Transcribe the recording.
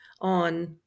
on